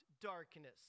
darkness